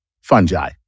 Fungi